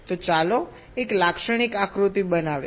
તો ચાલો એક લાક્ષણિક આકૃતિ બતાવીએ